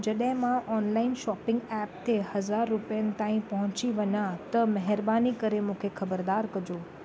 जॾहिं मां online shopping app ते हज़ार रुपियनि ताईं पहुची वञा त महिरबानी करे मूंखे ख़बरदार कजो